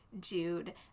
jude